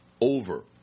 over